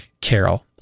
Carol